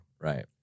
Right